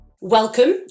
Welcome